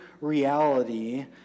reality